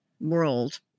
world